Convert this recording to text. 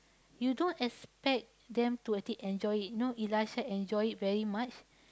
you don't expect them to actually enjoy it you know Elisha enjoy it very much